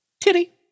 titty